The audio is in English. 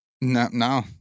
No